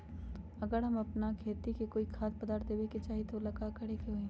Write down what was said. अगर हम अपना खेती में कोइ खाद्य पदार्थ देबे के चाही त वो ला का करे के होई?